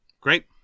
Great